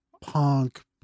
punk